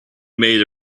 made